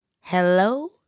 hello